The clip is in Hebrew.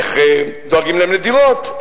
איך דואגים להם לדירות,